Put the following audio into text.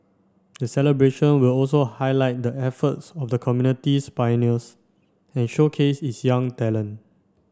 the celebration will also highlight the efforts of the community's pioneers and showcase its young talent